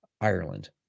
Ireland